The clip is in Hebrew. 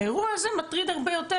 האירוע הזה מטריד הרבה יותר,